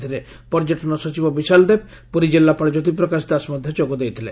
ଏଥିରେ ପର୍ଯ୍ୟଟନ ସଚିବ ବିଶାଲ ଦେବ ପୁରୀ ଜିଲ୍ଲାପାଳ ଜ୍ୟୋତିପ୍ରକାଶ ଦାସ ମଧ୍ଧ ଯୋଗ ଦେଇଥିଲେ